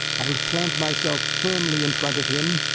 i'll plant myself firmly in front of him,